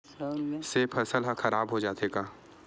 से फसल ह खराब हो जाथे का?